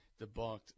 debunked